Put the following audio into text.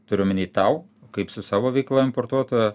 turiu omeny tau kaip su savo veikla importuotojo